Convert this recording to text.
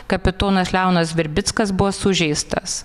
kapitonas leonas virbickas buvo sužeistas